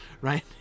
right